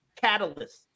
catalyst